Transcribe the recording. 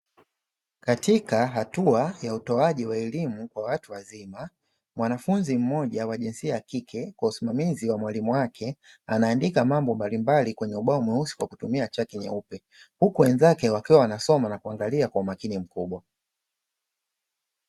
Katika hatua ya utoaji wa elimu kwa watu wazima, mwanafunzi mmoja wa jinsia ya kike kwa usimamizi wa mwalimu wake anaandika mambo mbalimbali kwenye ubao mweusi, kwa kutumia chaki nyeupe huku wenzake wakiwa wanasoma na kuangalia kwa umakini mkubwa.